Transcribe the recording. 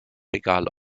egal